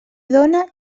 dóna